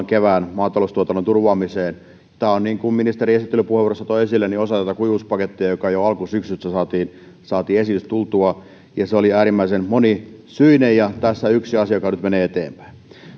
kevään maataloustuotannon turvaamiseen tämä on niin kuin ministeri esittelypuheenvuorossa toi esille osa tätä kuivuuspakettia josta jo alkusyksystä saatiin saatiin esitys tuotua se oli äärimmäisen monisyinen ja tässä yksi asia joka nyt menee eteenpäin